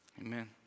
Amen